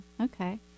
okay